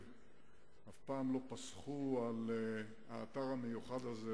ואף פעם לא פסחו על האתר המיוחד הזה,